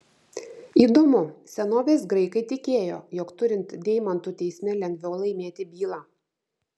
įdomu senovės graikai tikėjo jog turint deimantų teisme lengviau laimėti bylą